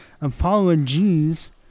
Apologies